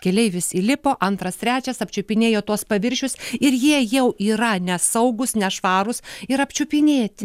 keleivis įlipo antras trečias apčiupinėjo tuos paviršius ir jie jau yra nesaugūs nešvarūs ir apčiupinėti